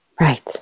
Right